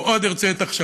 אני מאוד ארצה את הקשבתך.